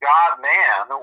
God-man